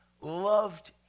loved